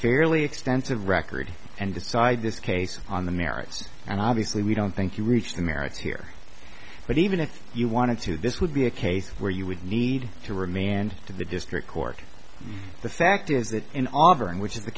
fairly extensive record and decide this case on the merits and obviously we don't think you reach the merits here but even if you wanted to this would be a case where you would need to remain and to the district court the fact is that in offering which is the